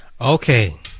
Okay